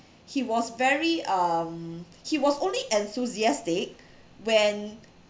he was very um he was only enthusiastic when